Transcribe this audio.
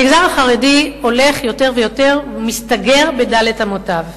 המגזר החרדי הולך, יותר ויותר, ומסתגר בד' אמותיו.